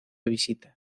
visita